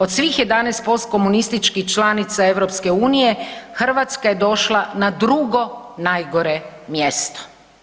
Od svih 11 postkomunističkih članica EU, Hrvatska je došla na drugo najgore mjesto.